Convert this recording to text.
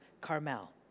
Carmel